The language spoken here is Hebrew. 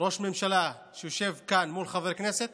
ראש ממשלה יושב כאן מול חבר כנסת